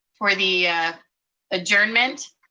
for the adjournment?